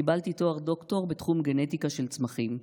קיבלתי תואר דוקטור בתחום גנטיקה של צמחים.